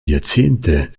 jahrzehnte